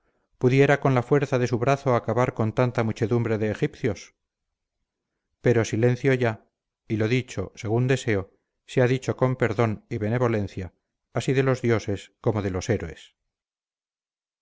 pudiera con la fuerza de su brazo acabar con tanta muchedumbre de egipcios pero silencio ya y lo dicho según deseo sea dicho con perdón y benevolencia así de los dioses como de los héroes